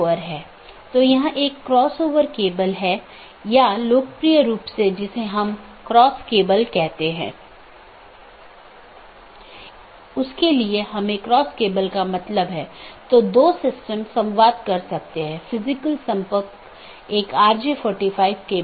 इसलिए यदि यह बिना मान्यता प्राप्त वैकल्पिक विशेषता सकर्मक विशेषता है इसका मतलब है यह बिना किसी विश्लेषण के सहकर्मी को प्रेषित किया जा रहा है